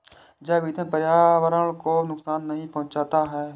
जैव ईंधन पर्यावरण को नुकसान नहीं पहुंचाता है